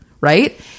Right